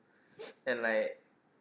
and like